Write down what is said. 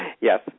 Yes